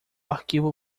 arquivo